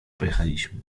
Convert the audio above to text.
pojechaliśmy